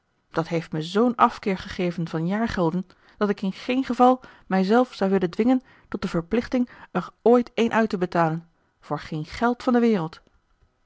dat heeft me zoo'n afkeer gegeven van jaargelden dat ik in geen geval mij zelf zou willen dwingen tot de verplichting er ooit een uit te betalen voor geen geld van de wereld